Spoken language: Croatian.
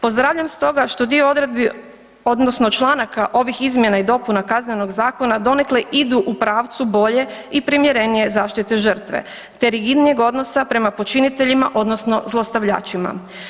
Pozdravljam stoga što dio odredbi odnosno članaka ovih izmjena i dopuna KZ-a donekle idu u pravcu bolje i primjerenije zaštite žrtve te rigidnijeg odnosa prema počiniteljima odnosno zlostavljačima.